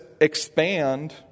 expand